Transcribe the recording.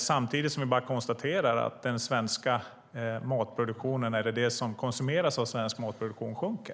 Samtidigt kan vi konstatera att den del av svensk matproduktion som konsumeras sjunker.